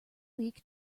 weak